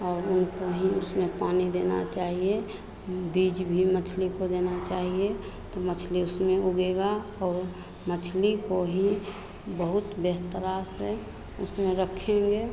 और उनको भी उसमें पानी देना चाहिए बीज भी मछली को देना चाहिए तो मछली उसमें उगेगी और मछली को ही बहुत बेहतरा से उसमें रखेंगे